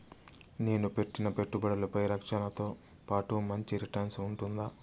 నేను పెట్టిన పెట్టుబడులపై రక్షణతో పాటు మంచి రిటర్న్స్ ఉంటుందా?